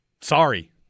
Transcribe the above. Sorry